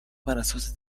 براساس